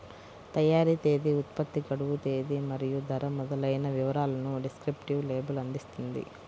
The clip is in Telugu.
తయారీ తేదీ, ఉత్పత్తి గడువు తేదీ మరియు ధర మొదలైన వివరాలను డిస్క్రిప్టివ్ లేబుల్ అందిస్తుంది